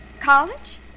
College